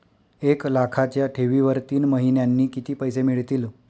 एक लाखाच्या ठेवीवर तीन महिन्यांनी किती पैसे मिळतील?